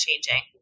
changing